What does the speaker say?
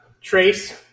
Trace